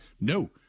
No